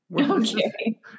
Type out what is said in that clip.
Okay